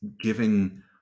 giving